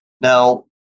now